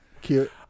Cute